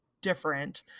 different